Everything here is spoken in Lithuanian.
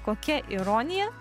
kokia ironija